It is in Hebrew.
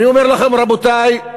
אני אומר לכם, רבותי,